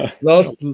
last